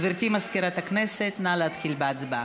גברתי מזכירת הכנסת, נא להתחיל בהצבעה.